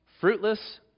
Fruitless